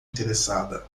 interessada